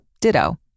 ditto